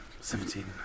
seventeen